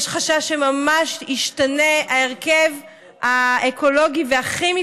יש חשש שממש ישתנה ההרכב האקולוגי והכימי